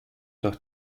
doch